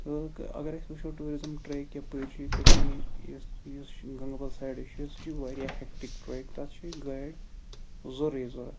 تہٕ اگر أسۍ وُچھو ٹیٛوٗرِزِٕم ٹرٛیک یَپٲرۍ چھُ یہِ کَشمیٖر یُس یُس چھُ گَنٛگہٕ بَل سایڈٕ چھُ سُہ چھُ واریاہ ہیٚکٹِک ٹرٛیک تتھ چھُ گایڈ ضروٗری ضروٗرت